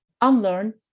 unlearn